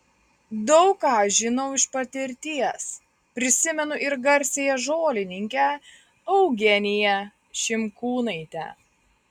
daug ką žinau iš patirties prisimenu ir garsiąją žolininkę eugeniją šimkūnaitę